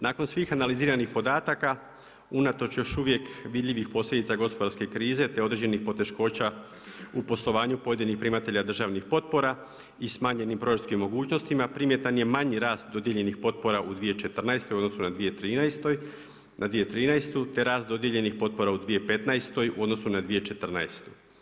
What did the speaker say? Nakon svih analiziranih podataka unatoč još uvijek vidljivih posljedica gospodarske krize te određenih poteškoća u poslovanju pojedinih primatelja državnih potpora i smanjenim proračunskim mogućnostima primjetan je manji rast dodijeljenih potpora u 2014. u odnosu na 2013. te rast dodijeljenih potpora u 2015. u odnosu na 2014.